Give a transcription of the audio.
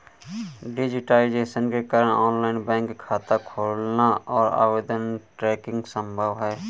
digitisation के कारण online bank खाता खोलना और आवेदन ट्रैकिंग संभव हैं